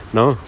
no